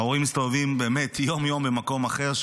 ההורים מסתובבים יום-יום במקום אחר,